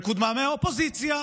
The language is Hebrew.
שקודמה מהאופוזיציה,